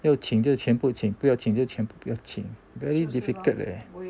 要请就全部请不要请就全部不要请 very difficult leh